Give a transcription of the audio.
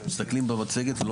אנחנו